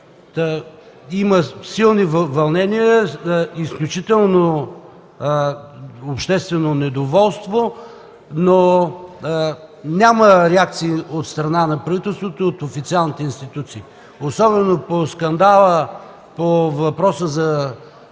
има силни вълнения, изключително обществено недоволство, но няма реакции от страна на правителството и от официалните институции. По въпроса за